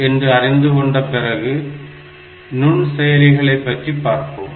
என்று அறிந்து கொண்ட பிறகு நுண்செயலிகளை பற்றி பார்ப்போம்